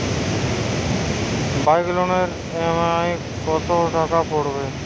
Bike লোনের EMI কত টাকা পড়বে?